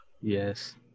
Yes